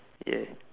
yeah